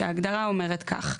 שההגדרה אומרת כך,